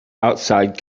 outside